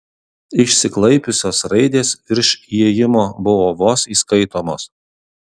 išsiklaipiusios raidės virš įėjimo buvo vos įskaitomos